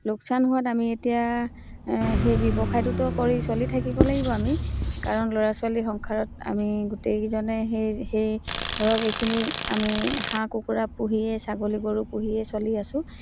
লোকচান হোৱাত আমি এতিয়া সেই ব্যৱসায়টোতো কৰি চলি থাকিব লাগিব আমি কাৰণ ল'ৰা ছোৱালী সংসাৰত আমি গোটেইকেইজনে সেই সেই ধৰক এইখিনি আমি হাঁহ কুকুৰা পুহিয়ে ছাগলীবোৰো পুহিয়ে চলি আছো